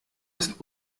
ist